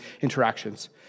interactions